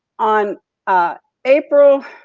on april,